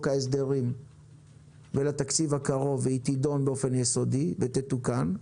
ההסדרים ולתקציב הקרוב והיא תידון באופן יסודי ותתוקן,